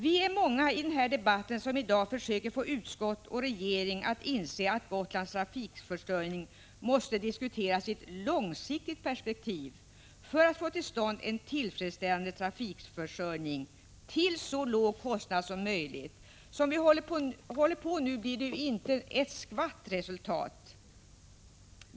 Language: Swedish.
Vi är många i denna debatt som i dag försöker få utskottet och regeringen att inse att Gotlands trafikförsörjning måste diskuteras i ett långsiktigt perspektiv för att få till stånd en tillfredsställande trafikförsörjning för så låga kostnader som möjligt. Som vi håller på nu blir det inte ett skvatt resultat.